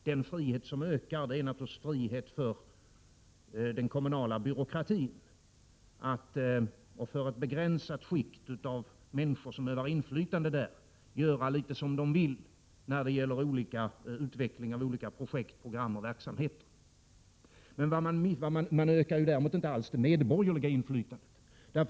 Den frihet som ökar är naturligtvis friheten för den kommunala byråkratin och för ett begränsat skikt av människor som övar inflytande där att göra litet som man vill när det gäller utvecklingen av olika projekt, program och verksamheter. Däremot ökar man inte alls det medborgerliga inflytandet.